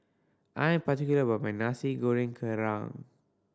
I am particular about my Nasi Goreng Kerang